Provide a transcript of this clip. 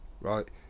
right